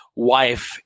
wife